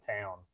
town